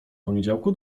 poniedziałku